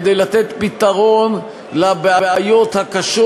כדי לתת פתרון לבעיות הדיור הקשות